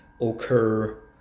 occur